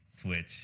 switch